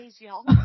y'all